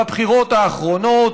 בבחירות האחרונות,